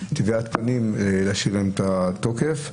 טביעת פנים, להשאיר להם את התוקף?